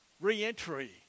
reentry